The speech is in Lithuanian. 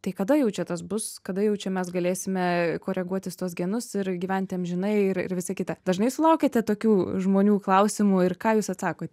tai kada jau čia tas bus kada jau čia mes galėsime koreguotis tuos genus ir gyventi amžinai ir visa kita dažnai sulaukiate tokių žmonių klausimų ir ką jūs atsakot